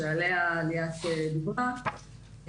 שעליה ליאת דיברה,